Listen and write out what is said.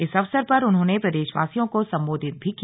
इस अवसर पर उन्होंने प्रदेशवासियों को संबोधित भी किया